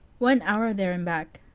one hour there and back.